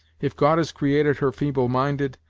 if god has created her feeble-minded,